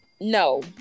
no